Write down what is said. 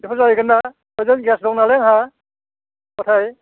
बेफोर जाहैगोन ना ओजों गेस दङ नालाय आंहा खथाय